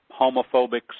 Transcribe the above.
homophobic